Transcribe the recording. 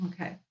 Okay